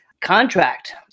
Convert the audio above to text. contract